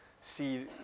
see